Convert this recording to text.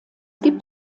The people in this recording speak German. gibt